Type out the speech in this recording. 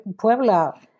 Puebla